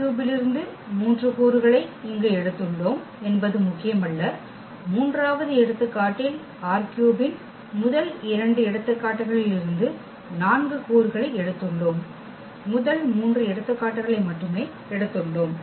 ℝ3 இல் இருந்து மூன்று கூறுகளை இங்கு எடுத்துள்ளோம் என்பது முக்கியமல்ல மூன்றாவது எடுத்துக்காட்டில் ℝ3 இன் முதல் இரண்டு எடுத்துக்காட்டுகளில் இருந்து நான்கு கூறுகளை எடுத்துள்ளோம் முதல் மூன்று எடுத்துக்காட்டுகளை மட்டுமே எடுத்துள்ளோம்